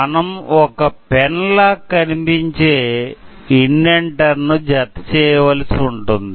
మనం ఒక పెన్ లా కనిపించే ఇండెంటర్ ను జత చేయవలసి ఉంటుంది